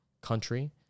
country